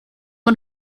man